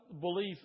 belief